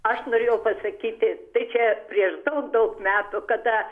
aš norėjau pasakyti tai čia prieš daug daug metų kada